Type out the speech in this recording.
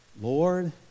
Lord